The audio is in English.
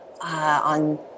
on